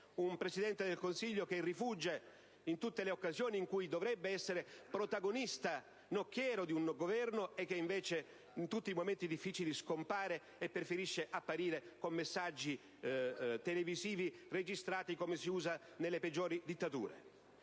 Il Presidente del Consiglio rifugge tutte le occasioni in cui dovrebbe essere protagonista, nocchiero del Governo; in tutti i momenti difficili, egli scompare, e preferisce apparire con messaggi televisivi registrati, come si usa nelle peggiori dittature.